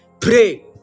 pray